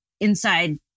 inside